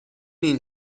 این